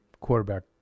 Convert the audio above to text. quarterback